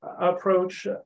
approach